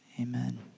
Amen